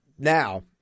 Now